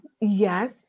Yes